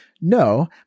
No